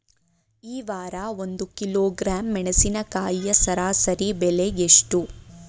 ಈ ವಾರ ಒಂದು ಕಿಲೋಗ್ರಾಂ ಮೆಣಸಿನಕಾಯಿಯ ಸರಾಸರಿ ಬೆಲೆ ಎಷ್ಟು?